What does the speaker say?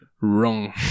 wrong